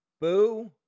boo